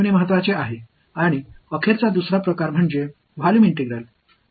இறுதியாக இன்டெக்ரால்ஸ் நாம் காணும் மற்ற வகையான வாள்யூம் இன்டெக்ரால்ஸ் ஆகும்